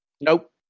Nope